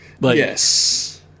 Yes